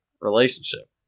relationship